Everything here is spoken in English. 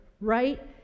right